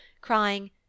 crying